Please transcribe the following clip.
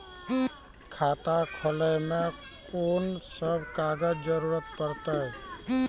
खाता खोलै मे कून सब कागजात जरूरत परतै?